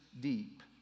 deep